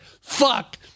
fuck